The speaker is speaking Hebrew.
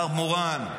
מר מורן,